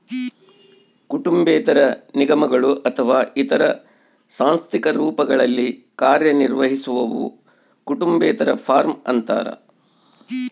ಕುಟುಂಬೇತರ ನಿಗಮಗಳು ಅಥವಾ ಇತರ ಸಾಂಸ್ಥಿಕ ರೂಪಗಳಲ್ಲಿ ಕಾರ್ಯನಿರ್ವಹಿಸುವವು ಕುಟುಂಬೇತರ ಫಾರ್ಮ ಅಂತಾರ